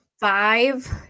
Five